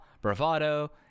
Bravado